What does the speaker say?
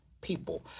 people